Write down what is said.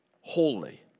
holy